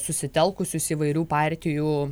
susitelkusius įvairių partijų